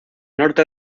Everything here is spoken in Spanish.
norte